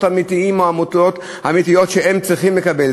האמיתיים או העמותות האמיתיות שצריכים לקבל.